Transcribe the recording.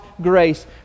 grace